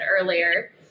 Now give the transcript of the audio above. earlier